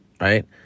right